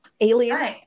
alien